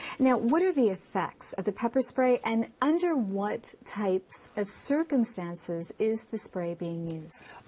and yeah what are the effects of the pepper spray? and under what type of circumstances is the spray being used?